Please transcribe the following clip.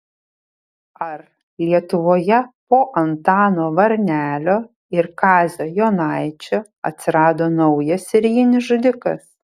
ar lietuvoje po antano varnelio ir kazio jonaičio atsirado naujas serijinis žudikas